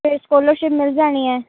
ਅਤੇ ਸਕੋਲਰਸ਼ਿਪ ਮਿਲ ਜਾਣੀ ਹੈ